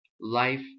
Life